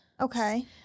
Okay